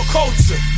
culture